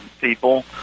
people